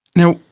now,